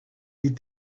eat